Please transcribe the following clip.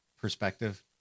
perspective